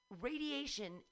radiation